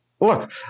look